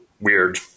weird